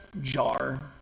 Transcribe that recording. jar